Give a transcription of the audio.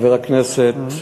חבר הכנסת